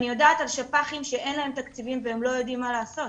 אני יודעת על שפ"חים שאין להם תקציבים והם לא יודעים מה לעשות.